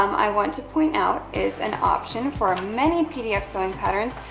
um i want to point out is an option for many pdf sewing patterns.